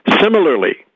Similarly